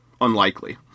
unlikely